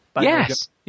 Yes